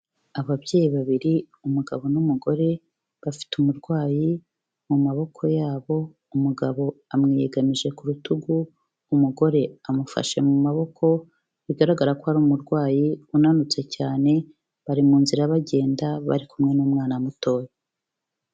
Ababyeyi babiri umugabo n'umugore bafite umurwayi mu maboko yabo umugabo amwigamije ku rutugu umugore amufashe mu maboko bigaragara ko ari umurwayi unanutse cyane bari mu nzira bagenda bari kumwe n'umwana mutoya.